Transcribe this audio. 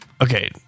Okay